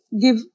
give